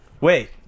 Wait